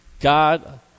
god